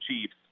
Chiefs